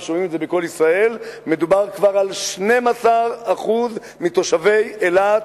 שומעים את זה ב"קול ישראל" מדובר כבר על 12% מתושבי אילת.